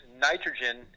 nitrogen